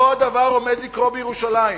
אותו הדבר עומד לקרות בירושלים.